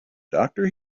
doctor